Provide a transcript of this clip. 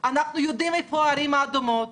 אנחנו יודעים איפה הערים האדומות,